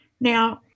Now